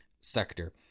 sector